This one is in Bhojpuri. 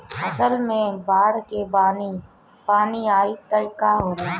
फसल मे बाढ़ के पानी आई त का होला?